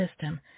system